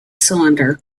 cylinder